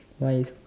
why